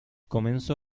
comenzó